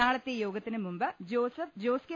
നാളെത്തെ യോഗത്തിനു മുൻപ് ജോസഫ് ജോസ് കെ